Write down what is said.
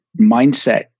mindset